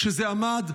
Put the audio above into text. כשזה עמד,